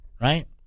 Right